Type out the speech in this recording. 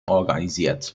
organisiert